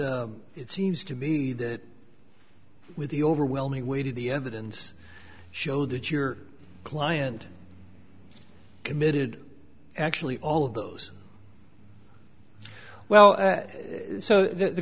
it seems to me that with the overwhelming weight of the evidence show that your client committed actually all of those well so the